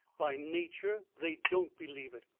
by nature they don't believe it.